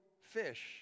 fish